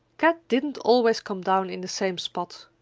kat didn't always come down in the same spot.